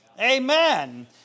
Amen